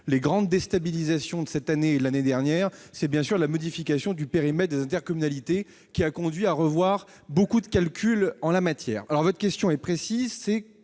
les grandes déstabilisations de cette année et de l'année dernière- c'est bien sûr la modification du périmètre des intercommunalités qui a conduit à revoir beaucoup de calculs en la matière. Votre question est précise,